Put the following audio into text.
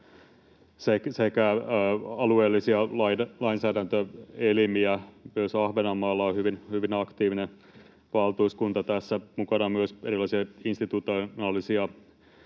sekä alueellisia lainsäädäntöelimiä. Myös Ahvenanmaalla on hyvin aktiivinen valtuuskunta tässä. Mukana on myös erilaisia institutionaalisia,